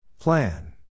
Plan